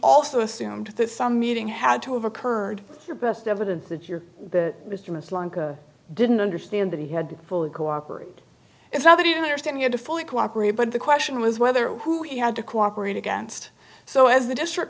also assumed that some meeting had to have occurred your best evidence that your mistress lanka didn't understand that he had fully cooperate it's not that i don't understand you to fully cooperate but the question was whether who he had to cooperate against so as the district